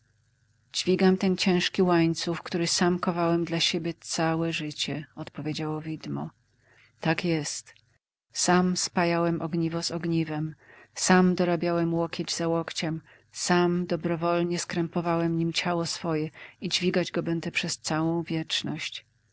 dźwigam ten ciężki łańcuch który sam kowałem dla siebie całe życie odpowiedziało widmo tak jest sam spajałem ogniwo z ogniwem sam dorabiałem łokieć za łokciem sam dobrowolnie skrępowałem nim ciało moje i dźwigać go będę przez całą wieczność